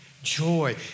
joy